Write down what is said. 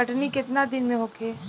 कटनी केतना दिन में होखे?